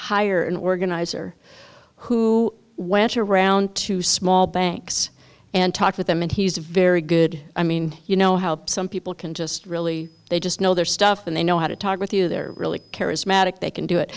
hire an organizer who went around to small banks and talk with them and he's very good i mean you know how some people can just really they just know their stuff and they know how to talk with you they're really charismatic they can do it